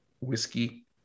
whiskey